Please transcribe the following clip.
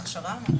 את ההכשרה.